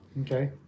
Okay